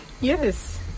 Yes